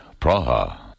Praha